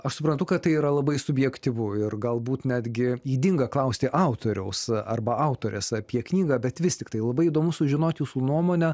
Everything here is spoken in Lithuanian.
aš suprantu kad tai yra labai subjektyvu ir galbūt netgi ydinga klausti autoriaus arba autorės apie knygą bet vis tiktai labai įdomu sužinot jūsų nuomonę